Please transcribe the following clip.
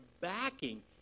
backing